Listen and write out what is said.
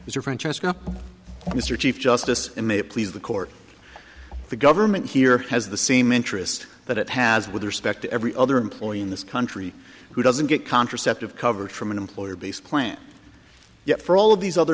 as for francesca mr chief justice and may it please the court the government here has the same interest that it has with respect to every other employee in this country who doesn't get contraceptive coverage from an employer based plans yet for all of these other